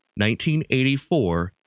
1984